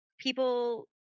people